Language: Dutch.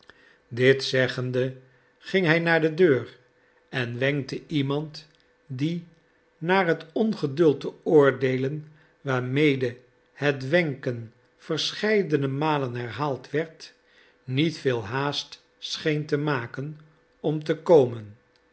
dit zeggende ging hij naar de deur en wenkte iemand die naar het ongeduld te oordeelen waarmede het wenken verscheidene malen herhaald werd niet veel haast scheen te maken om te komen